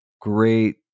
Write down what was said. great